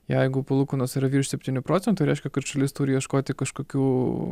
jeigu palūkanos yra virš septynių procentų reiškia kad šalis turi ieškoti kažkokių